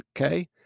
Okay